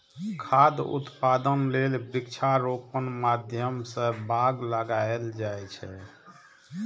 खाद्य उत्पादन लेल वृक्षारोपणक माध्यम सं बाग लगाएल जाए छै